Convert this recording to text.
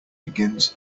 begins